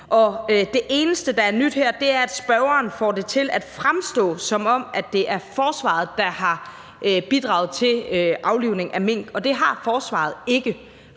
det eneste, der er nyt her, er, at spørgeren får det til at fremstå, som om det er forsvaret, der har bidraget til aflivning af mink. Og det har forsvaret ikke.